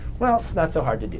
well, it's not so hard to do.